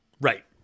Right